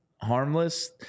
harmless